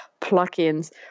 plugins